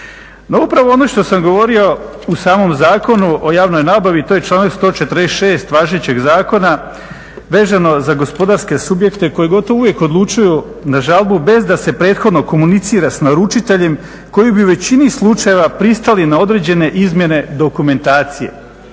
upravo ono što sam govorio u samom Zakonu o javnoj nabavi to je članak 146. važećeg zakona vezano za gospodarske subjekte koji gotovo uvijek odlučuju na žalbu bez da se prethodno komunicira s naručiteljem koji bi u većini slučajeva pristali na određene izmjene dokumentacije.